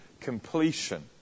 completion